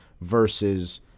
versus